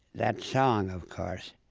that song, of course,